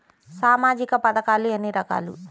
సామాజిక పథకాలు ఎన్ని రకాలు?